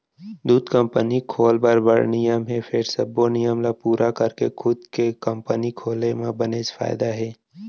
दूद कंपनी खोल बर बड़ नियम हे फेर सबो नियम ल पूरा करके खुद के कंपनी खोले म बनेच फायदा हे